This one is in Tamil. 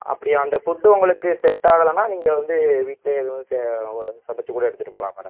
அப்படி அந்த ஃபுட் உங்களுக்கு செட் ஆகலைனா நீங்கள் வந்து வீட்டிலயே எதுவும் சமைச்சு கூட எடுத்துகிட்டு போகலாம் மேடம்